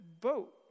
boat